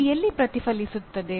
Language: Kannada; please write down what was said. ಅದು ಎಲ್ಲಿ ಪ್ರತಿಫಲಿಸುತ್ತದೆ